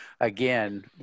again